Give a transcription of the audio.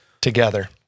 Together